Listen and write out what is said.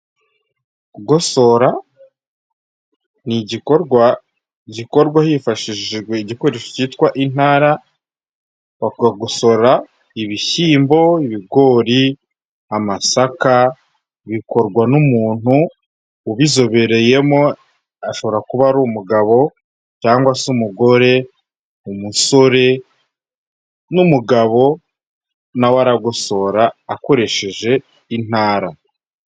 Kugosora ni igikorwa gikorwa hifashishijwe igikoresho cyitwa intara，bakagosora ibishyimbo， ibigori，amasaka， bikorwa n'umuntu ubizobereyemo， ashobora kuba ari umugabo cyangwa se umugore，umusore， n'umugabo nawe aragosora akoresheje intara.